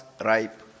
ripe